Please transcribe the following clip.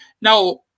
Now